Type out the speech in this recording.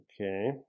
Okay